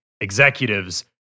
executives